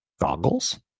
goggles